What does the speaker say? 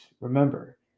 remember